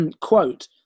Quote